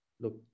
look